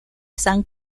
san